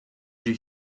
you